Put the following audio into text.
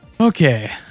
Okay